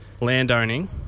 landowning